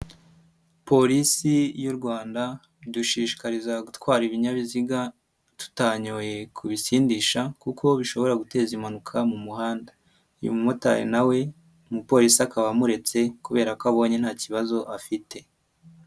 Polisi y'u Rwanda idushishikariza gutwara ibinyabiziga tutanyoye kubisindisha kuko bishobora guteza impanuka mu muhanda, uyumotari nawe umupolisi akaba amuretse kubera ko abonye nta kibazo afite.